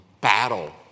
battle